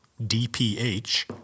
DPH